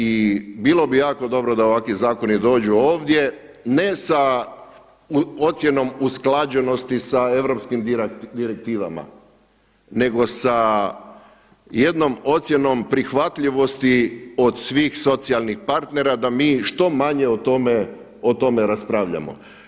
I bilo bi jako dobro da ovakvi zakoni dođu ovdje, ne sa ocjenom usklađenosti sa europskim direktivama nego sa jednom ocjenom prihvatljivosti od svih socijalnih partnera da mi što manje o tome raspravljamo.